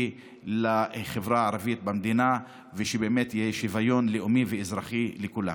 לחברה הערבית במדינה ושוויון לאומי ואזרחי לכולם.